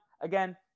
again